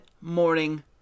morning